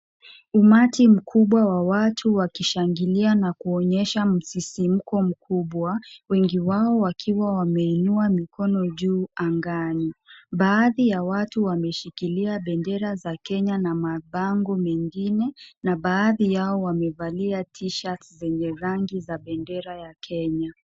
Umati mkubwa wa watu wakishangilia na kuonyesha msisimuko mkubwa wengi wao wakiwa wameinua mikono juu angani baadhi ya watu wameshikilia bendera za Kenya na mabango mengine na baadhi yao wamevalia tishati zenye rangi ya bendera ya Kenya.